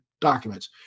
documents